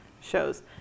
shows